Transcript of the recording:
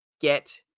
get